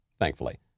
Thankfully